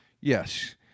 Yes